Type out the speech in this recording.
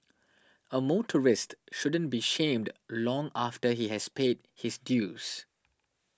a motorist shouldn't be shamed long after he has paid his dues